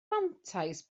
mantais